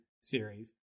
series